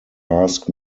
ask